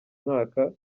mwaka